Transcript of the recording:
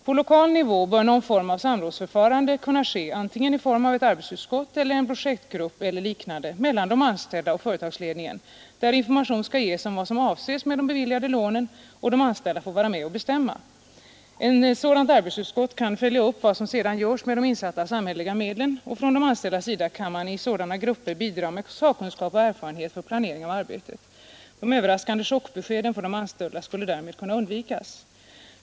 På lokal nivå bör någon form av samrådsför farande kunna ske i form av ett arbetsutskott eller en projektgrupp eller liknande mellan de anställda och företagsledningen, där information skall ges om vad som avses ske med de beviljade lånen och de anställda får vara med och bestämma. Ett sådant arbetsutskott kan följa upp vad som sedan görs med de insatta samhälleliga medlen, och från de anställdas sida kan man i sådana grupper bidra med sakkunskap och erfarenhet för planering av arbetet. De överraskande chockbeskeden för de anställda skulle därmed kunna undvikas.